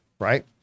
right